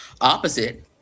Opposite